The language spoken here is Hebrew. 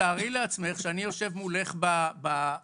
תתארי לעצמך שאני יושב מולך במשטרה,